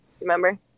remember